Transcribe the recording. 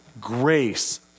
Grace